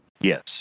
Yes